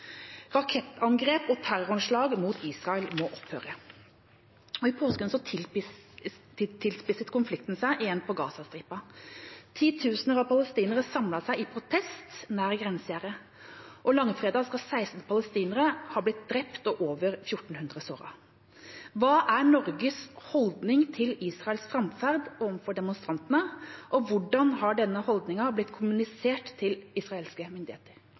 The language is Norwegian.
Rakettangrep og terroranslag mot Israel må opphøre. I påsken tilspisset konflikten seg igjen på Gazastripen. Titusener av palestinere samlet seg i protest nær grensegjerdet. Langfredag skal 16 palestinere ha blitt drept og over 1 400 såret. Hva er Norges holdning til Israels framferd overfor demonstrantene, og hvordan har denne holdningen blitt kommunisert til israelske myndigheter?